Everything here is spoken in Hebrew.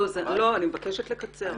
לא, אני מבקשת לקצר.